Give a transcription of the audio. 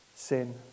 Sin